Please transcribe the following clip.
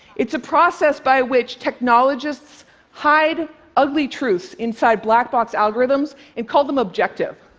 it's a process by which technologists hide ugly truths inside black box algorithms and call them objective